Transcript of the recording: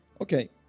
Okay